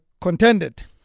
contended